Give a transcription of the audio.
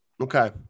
Okay